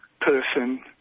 person